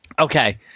Okay